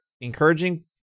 Encouraging